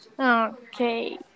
Okay